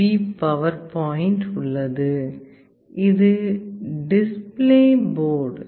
B power point உள்ளது இது display board